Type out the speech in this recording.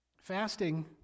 Fasting